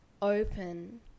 Open